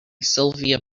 sylvia